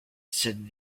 said